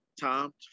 time